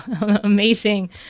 amazing